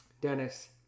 Dennis